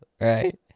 right